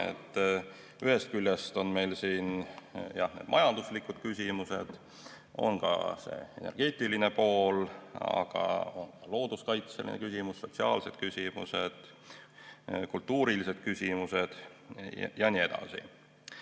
Ühest küljest on meil siin jah majanduslikud küsimused, on ka see energeetiline pool, aga on ka looduskaitselised küsimused, sotsiaalsed küsimused, kultuurilised küsimused jne.